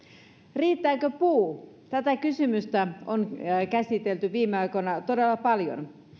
riittääkö puu tätä kysymystä on käsitelty viime aikoina todella paljon